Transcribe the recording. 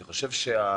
אני חושב שהטענות